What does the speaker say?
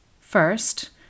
First